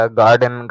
garden